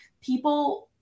people